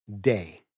day